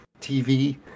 TV